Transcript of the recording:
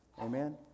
Amen